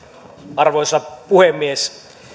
arvoisa puhemies